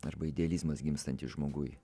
arba idealizmas gimstantis žmoguj